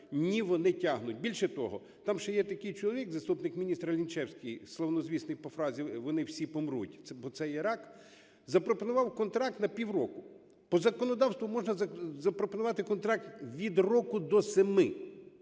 Ні, вони тягнуть. Більше того, там ще є такий чоловік заступник міністра Лінчевський, славнозвісний по фразі "вони всі помруть, бо це є рак", запропонував контракт на півроку. По законодавству можна запропонувати контракт від року до 7,